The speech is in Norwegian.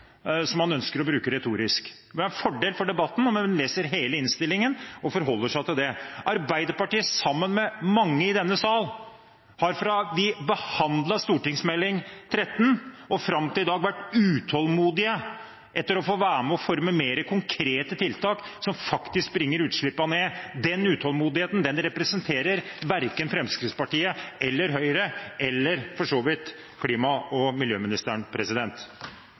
som han ønsker å bruke retorisk. Det ville være en fordel for debatten om en leser hele innstillingen og forholder seg til det. Arbeiderpartiet har – i likhet med mange i denne salen – fra vi behandlet Meld. St. 13 for 2014–2015 og fram til i dag vært utålmodige etter å få være med på å forme mer konkrete tiltak som faktisk bringer utslippene ned. Den utålmodigheten representerer verken Fremskrittspartiet eller Høyre – for så vidt heller ikke klima- og miljøministeren.